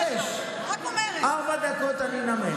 מתוך השש, ארבע דקות אני אנמק.